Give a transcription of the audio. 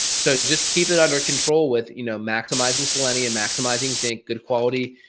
so, just keep it under control with, you know, maximizing selenium, maximizing zinc, good quality,